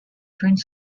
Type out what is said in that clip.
drained